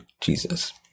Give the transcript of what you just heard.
Jesus